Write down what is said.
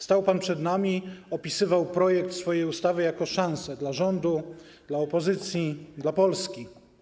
Stał pan przed nami i opisywał projekt swojej ustawy jako szansę dla rządu, dla opozycji, dla Polski.